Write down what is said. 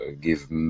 give